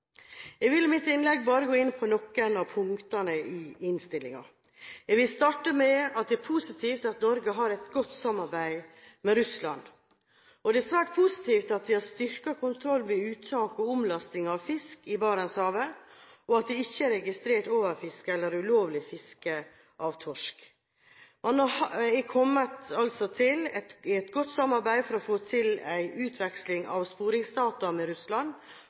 Jeg vil i mitt innlegg bare gå inn på noen av punktene i innstillingen. Jeg vil starte med at det er positivt at Norge har et godt samarbeid med Russland. Det er svært positivt at vi har styrket kontroll med uttak og omlasting av fisk i Barentshavet, og at det ikke er registrert overfiske eller ulovlig fiske av torsk. Man er også kommet godt i gang med arbeidet for å få til en utveksling av sporingsdata med Russland